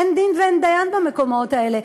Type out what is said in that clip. אין דין ואין דיין במקומות האלה.